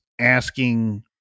asking